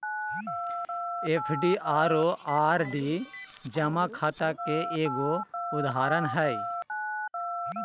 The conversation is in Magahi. एफ.डी आरो आर.डी जमा खाता के एगो उदाहरण हय